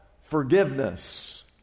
forgiveness